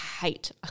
hate